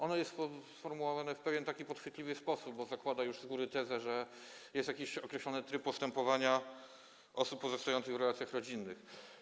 Ono jest sformułowane w pewien podchwytliwy sposób, bo zakłada już z góry tezę, że jest jakiś określony tryb postępowania wobec osób pozostających w relacjach rodzinnych.